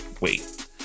Wait